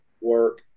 work